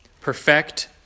perfect